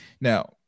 now